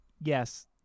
yes